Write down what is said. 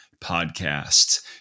podcast